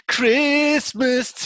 Christmas